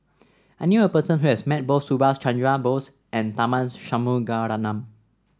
I knew a person who has met both Subhas Chandra Bose and Tharman Shanmugaratnam